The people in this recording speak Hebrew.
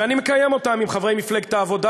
ואני מקיים אותם עם חברי מפלגת העבודה